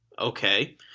Okay